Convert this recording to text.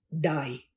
die